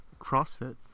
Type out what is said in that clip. CrossFit